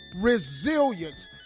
Resilience